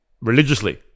religiously